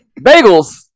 Bagels